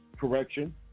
correction